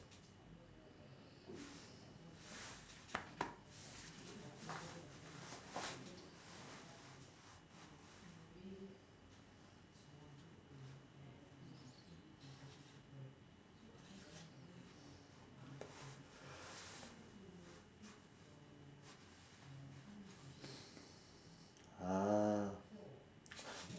ah